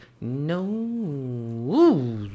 no